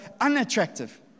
unattractive